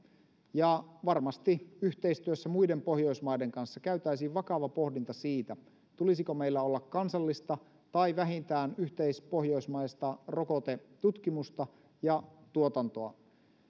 ja varmasti yhteistyössä muiden pohjoismaiden kanssa käytäisiin vakava pohdinta siitä tulisiko meillä olla kansallista tai vähintään yhteispohjoismaista rokotetutkimusta ja tuotantoa